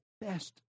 best